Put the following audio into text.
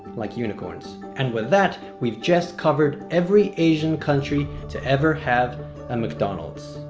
like unicorns. and with that, we've just covered every asian country to ever have a mcdonald's.